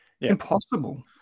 impossible